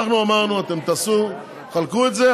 אנחנו אמרנו: אתם תחלקו את זה,